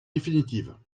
définitive